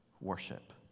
worship